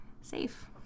safe